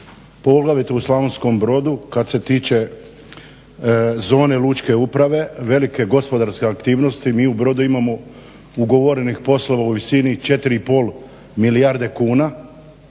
poglavito u Slavonskom Brodu kad se tiče zone lučke uprave, velike gospodarske aktivnosti mi u Brodu imamo ugovorenih poslova u visini 4 i pol milijarde kuna.